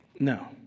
No